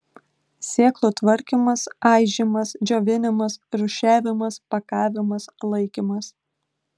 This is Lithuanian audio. sėklų tvarkymas aižymas džiovinimas rūšiavimas pakavimas laikymas